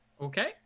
okay